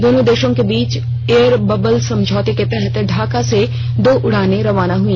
दोनों देशों के बीच एयर बबल समझौते के तहत ढाका से दो उड़ानें रवाना हुई